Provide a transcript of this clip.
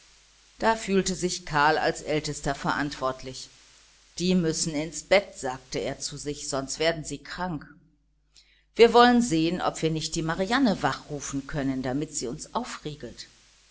da fühlte sich karl als ältester verantwortlich die müssen ins bett sagte er sich sonst werden sie krank kommt wir wollen sehen ob wir nicht die marianne wach rufen können damit sie uns ausriegelt